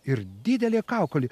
ir didelė kaukolė